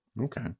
okay